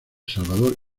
salvador